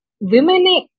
women